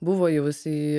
buvo jau jisai